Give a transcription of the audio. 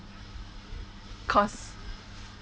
cause